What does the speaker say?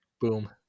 Boom